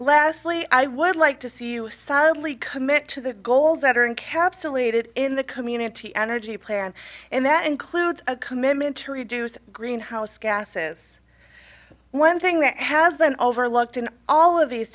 leslie i would like to see you sadly commit to the goals that are in capsulated in the community energy plan and that includes a commitment to reduce greenhouse gases one thing that has been overlooked in all of these